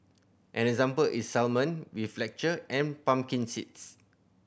an example is salmon with lecture and pumpkin seeds